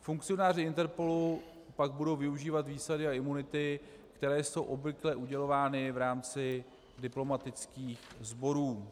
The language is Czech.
Funkcionáři INTERPOLu pak budou využívat výsady a imunity, které jsou obvykle udělovány v rámci diplomatických sborů.